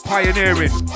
Pioneering